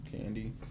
candy